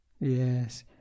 Yes